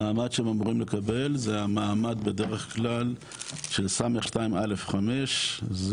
המעמד שהם אמורים לקבל זה המעמד בדרך כלל של ס2א'5 זה